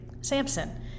Samson